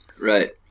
right